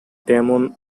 damon